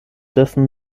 dessen